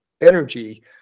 energy